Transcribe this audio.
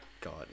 God